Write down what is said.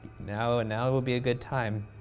now now would be a good time.